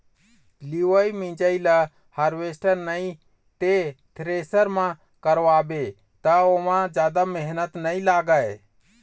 लिवई मिंजई ल हारवेस्टर नइ ते थेरेसर म करवाबे त ओमा जादा मेहनत नइ लागय